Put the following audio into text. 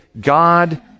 God